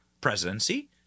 presidency